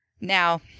Now